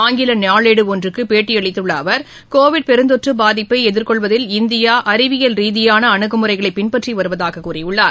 ஆங்கில நாளேடு ஒன்றுக்கு பேட்டி அளித்துள்ள அவர் கோவிட் பெருந்தொற்று பாதிப்பை எதிர்கொள்வதில் இந்தியா அறிவியல் ரீதியான அணுகுமுறைகளை பின்பற்றி வருவதாக கூறியுள்ளார்